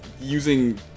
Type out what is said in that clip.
using